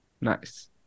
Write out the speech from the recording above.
Nice